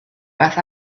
beth